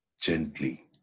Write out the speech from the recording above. Gently